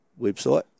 website